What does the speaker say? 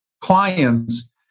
clients